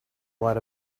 lot